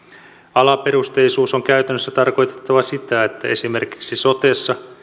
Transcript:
alaperusteisuuden on käytännössä tarkoitettava sitä että esimerkiksi sotessa